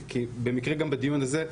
במקרה גם בדיון הזה,